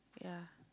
ya